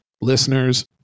listeners